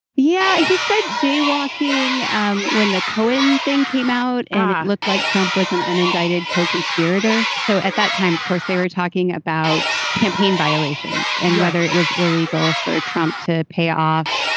yeah. he said jaywalking um when the cohen thing came out and looked like trump was an unindicted co-conspirator. so at that time, course, they were talking about campaign violations and whether it was illegal for trump to pay off,